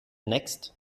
next